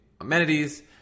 amenities